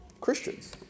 Christians